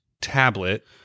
tablet